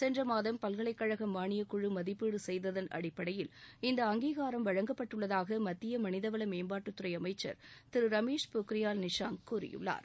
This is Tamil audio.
சென்றமாதம் பல்கலைக்கழகமானியக்குழுமதிப்பீடுசெய்ததன் அடிப்படையில் இந்த அங்கீகாரம் வழங்கப்பட்டுள்ளதாகமத்தியமனிதவளமேம்பாட்டுத்துறைஅமைச்சா் திருரமேஷ் பொக்ரியால் நிஷாங் கூறியுள்ளார்